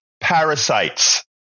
parasites